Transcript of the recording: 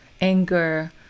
anger